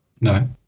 No